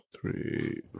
three